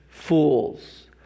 fools